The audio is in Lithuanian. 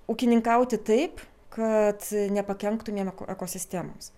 ūkininkauti taip kad nepakenktumėm ekosistemoms